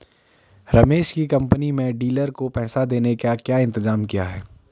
रमेश की कंपनी में डीलर को पैसा देने का क्या इंतजाम किया है?